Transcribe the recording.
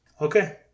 Okay